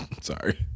Sorry